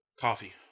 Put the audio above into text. Coffee